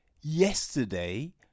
yesterday